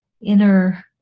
inner